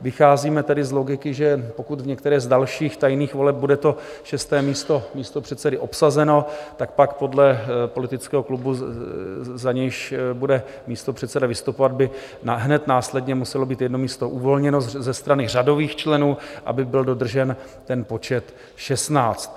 Vycházíme tedy z logiky, že pokud v některé z dalších tajných voleb bude to šesté místo místopředsedy obsazeno, tak pak podle politického klubu, za nějž bude místopředseda vystupovat, by hned následně muselo být jedno místo uvolněno ze strany řadových členů, aby byl dodržen ten počet 16.